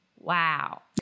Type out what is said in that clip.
Wow